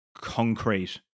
concrete